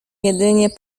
jedynie